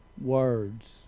Words